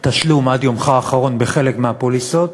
תשלום עד יומך האחרון, בחלק מהפוליסות,